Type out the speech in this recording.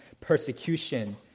persecution